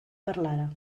parlara